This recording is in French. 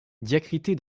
diacritée